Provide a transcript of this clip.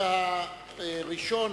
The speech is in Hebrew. הראשון